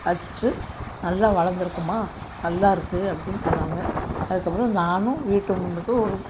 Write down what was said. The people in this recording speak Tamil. வச்சிட்டு நல்லா வளர்ந்துருக்கும்மா நல்லாயிருக்கு அப்படின் சொன்னாங்க அதுக்கப்புறம் நானும் வீட்டு முன்னுக்கு ஒரு